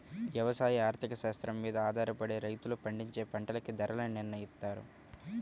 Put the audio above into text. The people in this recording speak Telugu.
యవసాయ ఆర్థిక శాస్త్రం మీద ఆధారపడే రైతులు పండించే పంటలకి ధరల్ని నిర్నయిత్తారు